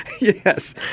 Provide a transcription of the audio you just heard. Yes